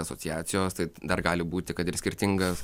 asociacijos tai dar gali būti kad ir skirtingas